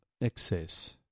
excess